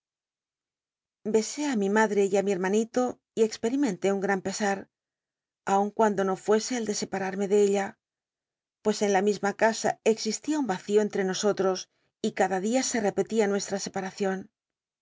besé i mi madre y ti mi bcrmanílo y expcriníenté un gran pesar aun cuando ílo fuese el de scpamrme de ella pues en la misma casa existía un vacío entre nosotros y cada dia se repelía nuestra scparacion